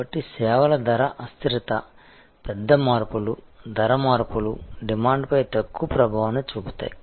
కాబట్టి సేవల ధర అస్థిరత పెద్ద మార్పులు ధర మార్పులు డిమాండ్పై తక్కువ ప్రభావాన్ని చూపుతాయి